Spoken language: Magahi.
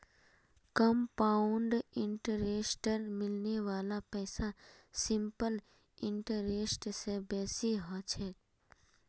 कंपाउंड इंटरेस्टत मिलने वाला पैसा सिंपल इंटरेस्ट स बेसी ह छेक